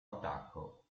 attacco